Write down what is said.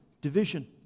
division